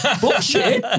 Bullshit